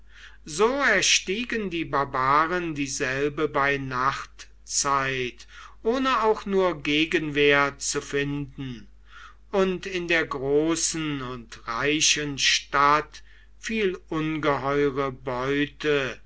so erstiegen die barbaren dieselbe bei nachtzeit ohne auch nur gegenwehr zu finden und in der großen und reichen stadt fiel ungeheure beute